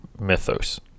mythos